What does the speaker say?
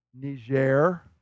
Niger